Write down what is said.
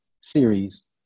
series